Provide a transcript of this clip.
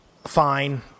Fine